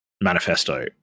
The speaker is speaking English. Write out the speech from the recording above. manifesto